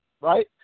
right